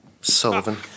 Sullivan